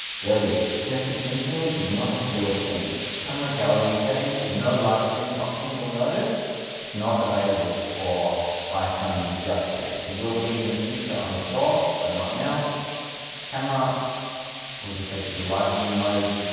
there it is connected instantly did not have to do a thing camera gallery settings no live-streaming option you'll notice it's not available for iphone just yet it will be in the future i'm sure but not now camera will just take you to live view mode